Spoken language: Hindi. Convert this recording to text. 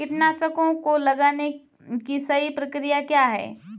कीटनाशकों को लगाने की सही प्रक्रिया क्या है?